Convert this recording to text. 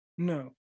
no